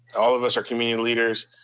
all of us are community leaders,